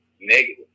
negative